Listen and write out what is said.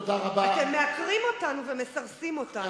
אתם מעקרים אותנו ומסרסים אותנו.